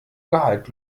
gehalt